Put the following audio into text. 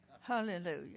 Hallelujah